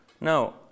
No